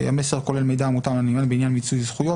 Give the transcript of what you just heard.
'המסר כולל מידע המותאם לנמען בעניין מיצוי זכויות,